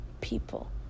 people